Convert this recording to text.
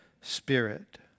Spirit